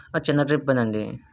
చిన్న ట్రిప్పే అండి